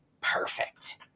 perfect